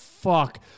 fuck